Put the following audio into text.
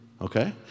okay